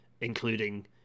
including